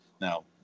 now